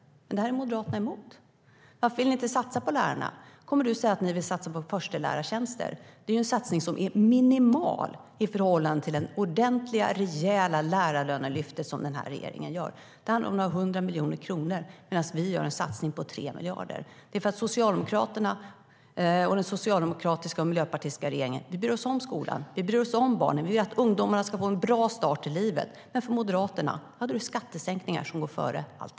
Detta är Moderaterna emot. Varför vill ni inte satsa på lärarna? Nu kommer Fredrik Schulte att säga att de vill satsa på förstelärartjänster, men det är ju en minimal satsning i förhållande till det ordentliga och rejäla lärarlönelyft regeringen gör. Er satsning handlar om några hundra miljoner kronor, medan vi gör en satsning på 3 miljarder. Det gör vi för att Socialdemokraterna och den socialdemokratiska och miljöpartistiska regeringen bryr sig om skolan. Vi bryr oss om barnen, och vi vill att ungdomarna ska få en bra start i livet. För Moderaterna går dock skattesänkningar före allt.